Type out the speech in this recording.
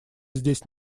здесь